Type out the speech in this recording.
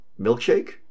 Milkshake